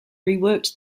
reworked